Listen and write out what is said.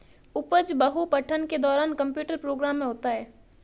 उपज बहु पठन के दौरान कंप्यूटर प्रोग्राम में होता है